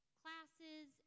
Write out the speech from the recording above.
classes